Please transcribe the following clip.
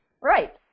Right